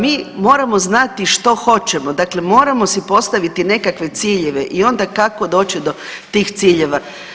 Mi moramo znati što hoćemo, dakle moramo si postaviti nekakve ciljeve i onda kako doći do tih ciljeva.